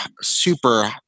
super